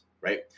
Right